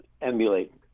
emulate